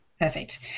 Perfect